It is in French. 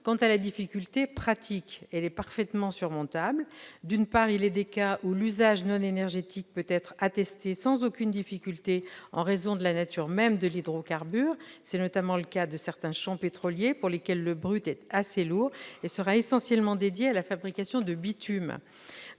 Quant à la difficulté pratique, elle est parfaitement surmontable. D'une part, il est des cas où l'usage non énergétique peut être attesté sans aucune difficulté en raison de la nature même de l'hydrocarbure ; c'est notamment le cas de certains champs pétroliers pour lesquels le brut est assez lourd et sera essentiellement dédié à la fabrication de bitumes.